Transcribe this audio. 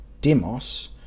Demos